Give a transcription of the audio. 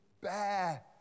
Bear